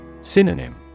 Synonym